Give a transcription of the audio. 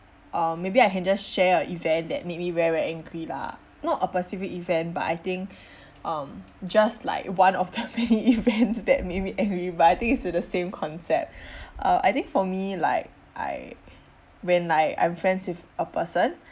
uh maybe I can just share a event that made me very very angry lah not a specific event but I think um just like one of the many events that made me angry but I think it's still the same concept uh I think for me like I when I I'm friends with a person